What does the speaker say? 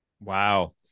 Wow